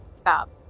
stop